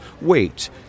wait